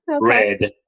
Red